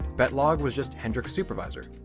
batlogg was just hendrik's supervisor,